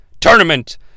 Tournament